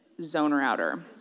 zoner-outer